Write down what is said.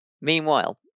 Meanwhile